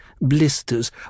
blisters